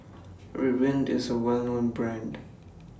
Ridwind IS A Well known Brand